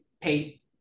pay